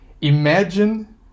imagine